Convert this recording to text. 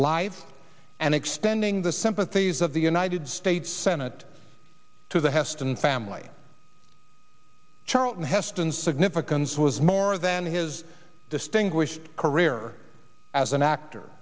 live and extending the sympathies of the united states senate to the heston family charlton heston's significance was more than his distinguished career as an actor